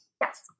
Yes